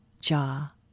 jaw